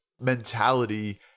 mentality